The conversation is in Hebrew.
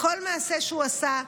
בכל מעשה שהוא עשה,